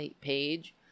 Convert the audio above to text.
page